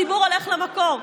הציבור הולך למקור.